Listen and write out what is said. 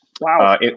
Wow